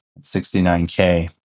69K